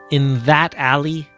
in that alley,